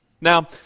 Now